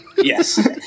Yes